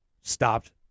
stopped